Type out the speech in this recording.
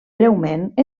breument